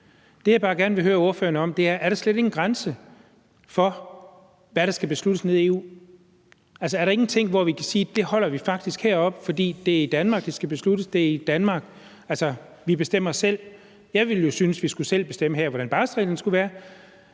Det, jeg bare gerne vil høre ordføreren om, er: Er der slet ingen grænse for, hvad der skal besluttes nede i EU? Altså, er der ingenting, som vi kan sige om, at det holder vi faktisk heroppe, fordi det er i Danmark, det skal besluttes, altså vi bestemmer selv? Jeg ville jo synes, at vi selv skulle bestemme her, hvordan barselsreglerne skulle være.